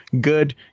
good